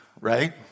right